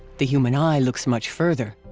the human eye looks much further.